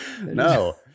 no